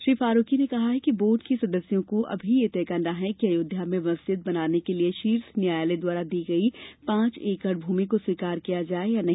श्री फारूकी ने कहा कि बोर्ड के सदस्यों को अभी यह तय करना है कि अयोध्या में मस्जिद बनाने के लिए शीर्ष न्यायालय द्वारा दी गई पांच एकड भूमि को स्वीकार किया जाये या नहीं